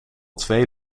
twee